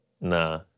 nah